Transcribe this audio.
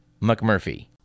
McMurphy